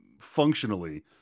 functionally